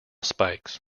spikes